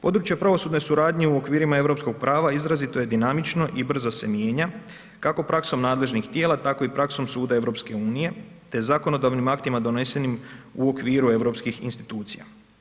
Područje pravosudne suradnje u okvirima europskog prava izrazito je dinamično i brzo se mijenja, kako praksom nadležnih tijela, tako i praksom suda EU te zakonodavnim aktima donesenim u okviru europskih institucija.